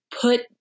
put